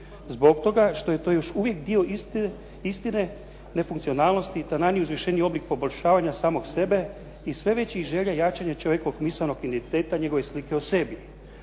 zbog toga što je to još uvijek dio istine nefunkcionalnosti i … /Govornik se ne razumije. /… oblik poboljšavanja samog sebe i sve većih želja jačanja čovjekovog misaonog identiteta i njegove slike o sebi.